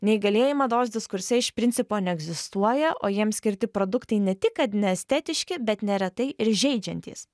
neįgalieji mados diskurse iš principo neegzistuoja o jiems skirti produktai ne tik kad neestetiški bet neretai ir žeidžiantys